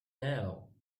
now